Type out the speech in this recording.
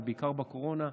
אבל בעיקר בקורונה,